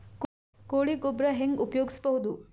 ಕೊಳಿ ಗೊಬ್ಬರ ಹೆಂಗ್ ಉಪಯೋಗಸಬಹುದು?